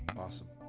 awesome.